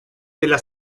della